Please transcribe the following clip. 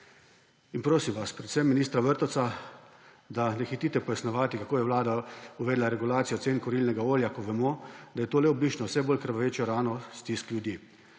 Prosim vas, predvsem ministra Vrtovca, da ne hitite pojasnjevati, kako je vlada uvedla regulacijo cen kurilnega olja, ko vemo, da je to le obliž na vse bolj krvavečo rano stisk ljudi.